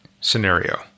scenario